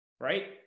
Right